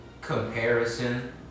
comparison